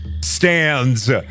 stands